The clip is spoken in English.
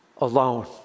alone